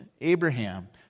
Abraham